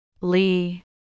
Lee